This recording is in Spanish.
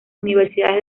universidades